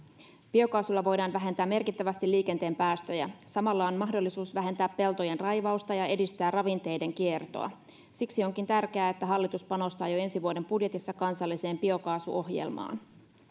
biokaasulla voidaan vähentää merkittävästi liikenteen päästöjä samalla on mahdollisuus vähentää peltojen raivausta ja edistää ravinteiden kiertoa siksi onkin tärkeää että hallitus panostaa jo ensi vuoden budjetissa kansalliseen biokaasuohjelmaan